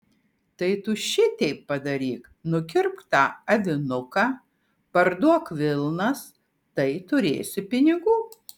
tai tu šiteip padaryk nukirpk tą avinuką parduok vilnas tai turėsi pinigų